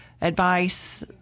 advice